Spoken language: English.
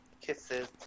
Kisses